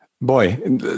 Boy